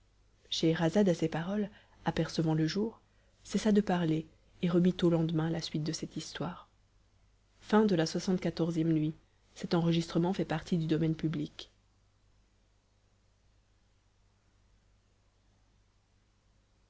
scheherazade à ces paroles apercevant le jour cessa de parler et remit au lendemain la suite de cette histoire lxxv nuit